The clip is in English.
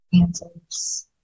answers